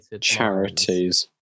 Charities